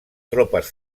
tropes